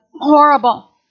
Horrible